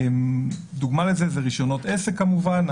דוגמה לזה זה רישיונות עסק, כמובן.